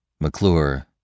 McClure